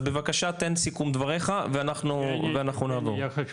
אז בבקשה תן סיכום דברייך ואנחנו נעבור.